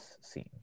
scene